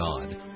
God